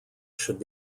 should